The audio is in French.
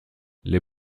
les